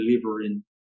delivering